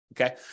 Okay